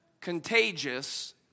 contagious